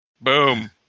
Boom